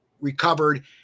recovered